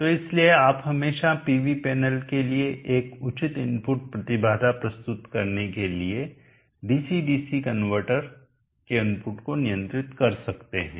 तो इसलिए आप हमेशा पीवी पैनल के लिए एक उचित इनपुट प्रतिबाधा प्रस्तुत करने के लिए डीसी डीसी कनवर्टर के इनपुट को नियंत्रित कर सकते हैं